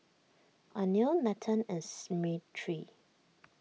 Anil Nathan and Smriti